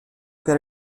per